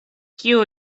kiu